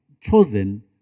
chosen